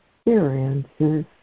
experiences